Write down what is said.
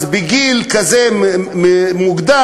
בגיל כזה מוקדם,